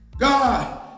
God